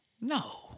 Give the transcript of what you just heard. No